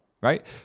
right